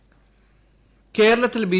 രാജ കേരളത്തിൽ ബി